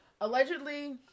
Allegedly